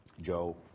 Joe